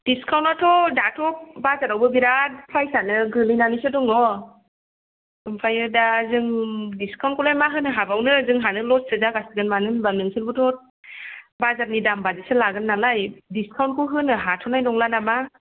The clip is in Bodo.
डिसकाउन्टआथ दाथ' बाजारावबो बिराथ फ्राइसआनो गोग्लैनानैसो दङ ओमफ्राय दा जों डिसकाउन्टखौलाय मा होनो हाबावनो जोंहानो लससो जाखासिगोन मानो होनबा नोंसोरबोथ' बाजारनि दाम बायदिसो लागोन नालाय डिसकाउन्टखौ होनो हाथनाय नंला नामा